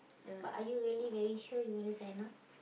but are you really very sure you want to sign on